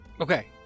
Okay